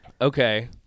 Okay